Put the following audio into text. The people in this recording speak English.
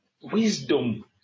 Wisdom